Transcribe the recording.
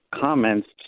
comments